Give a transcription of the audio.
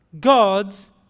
God's